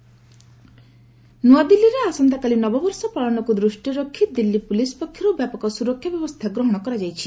Delhi new year ନ୍ରଆଦିଲ୍ଲୀରେ ଆସନ୍ତାକାଲି ନବବର୍ଷ ପାଳନକୁ ଦୃଷ୍ଟିରେ ରଖି ଦିଲ୍ଲୀ ପୁଲିସ୍ ପକ୍ଷରୁ ବ୍ୟାପକ ସୁରକ୍ଷା ବ୍ୟବସ୍ଥା ଗ୍ରହଣ କରାଯାଇଛି